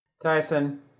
Tyson